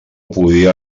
podia